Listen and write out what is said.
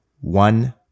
one